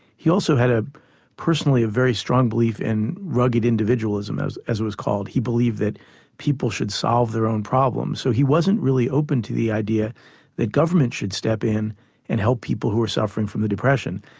he also had ah personally a very strong belief in rugged individualism, as as it was called, he believed that people should solve their own problems, so he wasn't really open to the idea that government should step in and help people who were suffering from the depression.